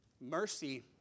Mercy